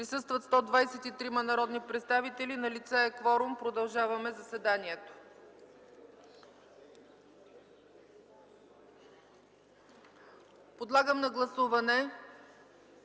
Присъстват 123 народни представители. Налице е кворум – продължаваме заседанието. Подлагам на гласуване